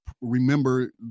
remember